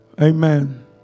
Amen